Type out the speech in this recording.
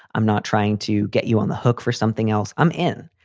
i'm not trying to get you on the hook for something else. i'm in.